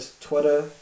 Twitter